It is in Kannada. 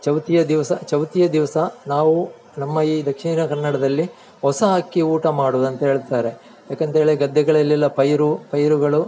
ಚೌತಿಯ ದಿವಸ ಚೌತಿಯ ದಿವಸ ನಾವು ನಮ್ಮ ಈ ದಕ್ಷಿಣ ಕನ್ನಡದಲ್ಲಿ ಹೊಸ ಅಕ್ಕಿ ಊಟ ಮಾಡುವುದು ಅಂತ ಹೇಳ್ತಾರೆ ಯಾಕಂತ ಹೇಳಿದ್ರೆ ಗದ್ದೆಗಳಲ್ಲೆಲ್ಲ ಪೈರು ಪೈರುಗಳು